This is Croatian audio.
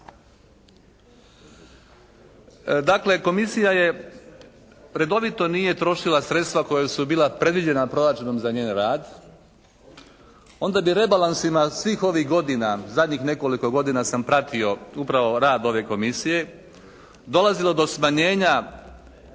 Dakle, Komisija je, redovito nije trošila sredstva koja su bila predviđena proračunom za njen rad. Onda bi rebalansima svih ovih godina, zadnjih nekoliko godina sam pratio upravo rad ove Komisije, dolazilo do smanjenja